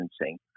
licensing